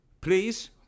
Please